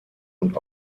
und